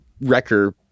Wrecker